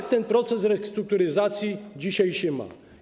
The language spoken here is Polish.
Jak ten proces restrukturyzacji dzisiaj się ma?